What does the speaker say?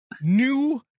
new